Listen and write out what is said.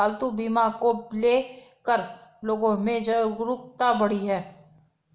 पालतू बीमा को ले कर लोगो में जागरूकता बढ़ी है